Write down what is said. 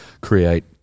create